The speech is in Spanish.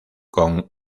con